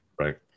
right